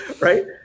right